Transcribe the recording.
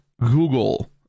Google